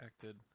acted